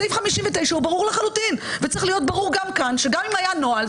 סעיף 59 הוא ברור לחלוטין וצריך להיות ברור גם כאן שגם אם היה נוהל,